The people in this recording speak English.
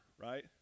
right